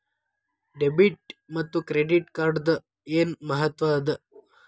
Debit ಮತ್ತ credit ಕಾರ್ಡದ್ ಏನ್ ಮಹತ್ವ ಅದ?